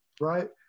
right